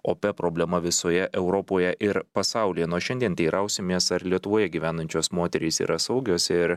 opia problema visoje europoje ir pasaulyje nu o šiandien teirausimės ar lietuvoje gyvenančios moterys yra saugios ir